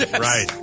Right